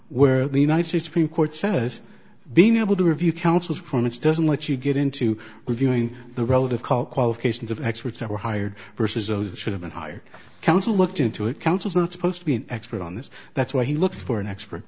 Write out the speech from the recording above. where the united states supreme court says being able to review counsel's performance doesn't let you get into reviewing the relative call qualifications of experts that were hired versus those that should have been hired counsel looked into it counsel's not supposed to be an expert on this that's why he looks for an expert